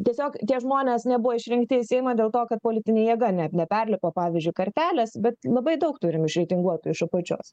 tiesiog tie žmonės nebuvo išrinkti į seimą dėl to kad politinė jėga net neperlipo pavyzdžiui kartelės bet labai daug turim išreitinguotų iš apačios